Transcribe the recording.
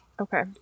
Okay